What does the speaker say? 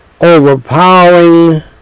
overpowering